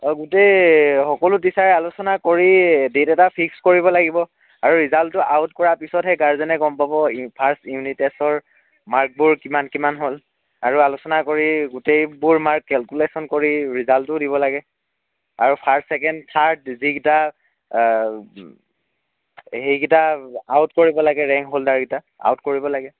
আৰু গোটেই সকলো টিচাৰে আলোচনা কৰি ডেট এটা ফিক্স কৰিব লাগিব আৰু ৰিজাল্টটো আউট কৰা পিছতহে গাৰ্জেনে গম পাব ফাৰ্ষ্ট ইউনিট টেষ্টৰ মাৰ্কবোৰ কিমান কিমান হ'ল আৰু আলোচনা কৰি গোটেইবোৰ মাৰ্ক কেল্কুলেশ্যন কৰি ৰিজাল্টটোও দিব লাগে আৰু ফাৰ্ষ্ট চেকেণ্ড থাৰ্ড যিকেইটা সেইকিটা আউট কৰিব লাগে ৰেংক হ'লডাৰ কেইটা আউট কৰিব লাগে